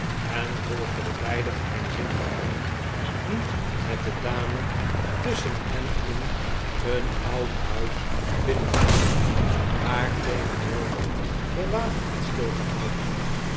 en volgde de beide geheimzinnige mannen die met de dame tusschen hen in een oud huis binnengingen waartegenover de wagen had